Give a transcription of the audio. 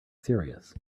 serious